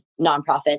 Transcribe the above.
nonprofits